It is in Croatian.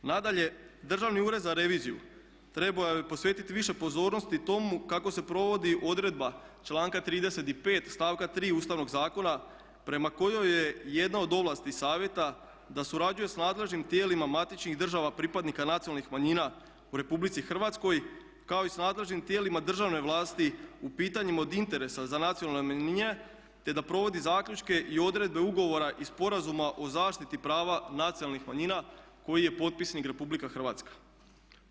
Nadalje, Državni ured za reviziju trebao je posvetiti više pozornosti tomu kako se provodi odredba članka 35. stavka 3. Ustavnog zakona prema kojoj je jedna od ovlasti Savjeta da surađuje sa nadležnim tijelima matičnih država pripadnika nacionalnih manjina u Republici Hrvatskoj kao i sa nadležnim tijelima državne vlasti u pitanjima od interesa za nacionalne manjine, te da provodi zaključke i odredbe ugovora i Sporazuma o zaštiti prava nacionalnih manjina koji je potpisnik Republika Hrvatska.